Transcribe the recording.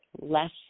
less